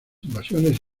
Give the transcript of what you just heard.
invasiones